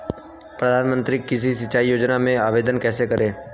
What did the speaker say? प्रधानमंत्री कृषि सिंचाई योजना में आवेदन कैसे करें?